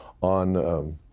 on